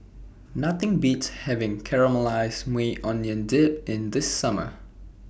Nothing Beats having Caramelized Maui Onion Dip in The Summer